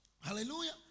Hallelujah